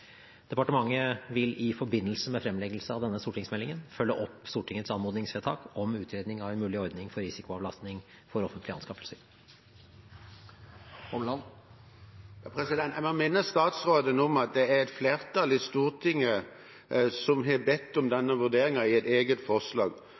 Departementet vil i forbindelse med fremleggelse av denne stortingsmeldingen følge opp Stortingets anmodningsvedtak om utredning av en mulig ordning for risikoavlastning for offentlige anskaffelser. Jeg må minne statsråden på at det er et flertall i Stortinget som har bedt om